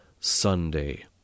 sunday